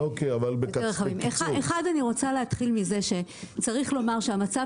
אני רוצה להתחיל בכך שצריך לומר שהמצב